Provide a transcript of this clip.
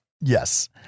Yes